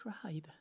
cried